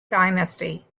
dynasty